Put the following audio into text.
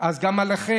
אז גם עליכם,